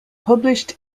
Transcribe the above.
published